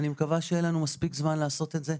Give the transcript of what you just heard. אני מקווה שיהיה לנו מספיק זמן לעשות את זה,